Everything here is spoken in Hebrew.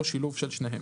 או שילוב של שניהם.""